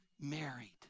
married